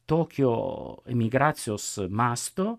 tokio emigracijos masto